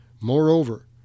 Moreover